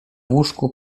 łóżku